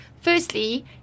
firstly